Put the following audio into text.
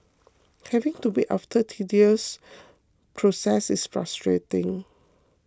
having to wait after the tedious process is frustrating